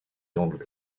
enlevés